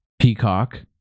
Peacock